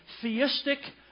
theistic